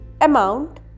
amount